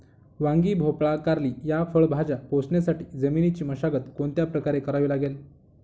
वांगी, भोपळा, कारली या फळभाज्या पोसण्यासाठी जमिनीची मशागत कोणत्या प्रकारे करावी लागेल?